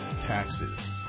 taxes